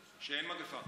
כשאין מגפה.